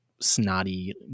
snotty